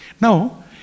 Now